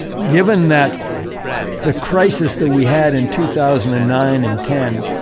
given that the crisis that we had in two thousand and nine and ten,